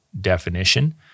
definition